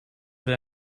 will